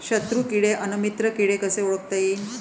शत्रु किडे अन मित्र किडे कसे ओळखता येईन?